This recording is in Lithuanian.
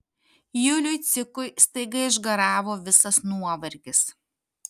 juliui cikui staiga išgaravo visas nuovargis